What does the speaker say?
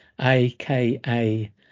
aka